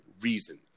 reason